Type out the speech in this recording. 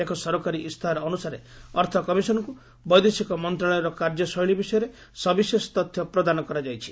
ଏକ ସରକାରୀ ଇସ୍ତାହାର ଅନୁସାରେ ଅର୍ଥ କମିଶନ୍କୁ ବୈଦେଶିକ ମନ୍ତ୍ରଣାଳୟର କାର୍ଯ୍ୟଶୈଳୀ ବିଷୟରେ ସବିଶେଷ ତଥ୍ୟ ପ୍ରଦାନ କରାଯାଇଛି